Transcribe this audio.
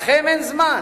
לכם אין זמן,